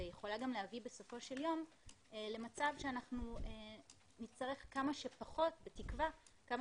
ויכולה גם להביא בסופו של יום למצב שאנחנו נצטרך כמה שפחות להתמודד